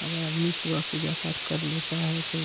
अगर आदमी सुबह पूजा पाठ कर लेता है तो